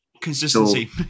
Consistency